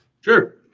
sure